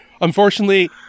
Unfortunately